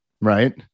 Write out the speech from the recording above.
right